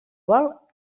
vol